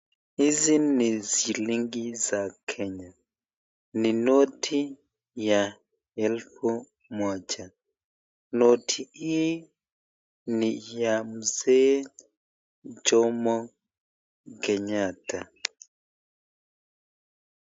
Hizi ni shilingi za kenya ni noti ya elfu moja noti, hii ni ya Mzee jomo Kenyatta